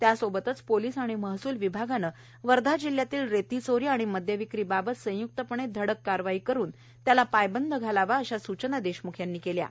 त्यासोबतच पोलीस आणि महसूल विभागाने वर्धा जिल्ह्यातील रेती चोरी आणि मद्याविक्री बाबत संयुक्तपणे कडक कारवाई करून त्याला पायबंद घालावा अशा सूचना देशम्ख यांनी दिल्यात